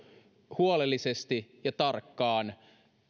huolellisesti ja tarkkaan